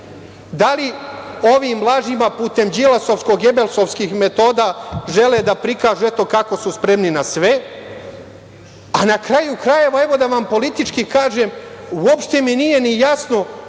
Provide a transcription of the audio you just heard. Da li ovim lažima putem đilasovskog-gebelsofskih metoda žele da prikažu kako su spremni na sve? Na kraju krajeva, evo, da vam politički kažem, uopšte mi nije jasno,